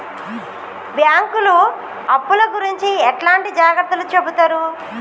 బ్యాంకులు అప్పుల గురించి ఎట్లాంటి జాగ్రత్తలు చెబుతరు?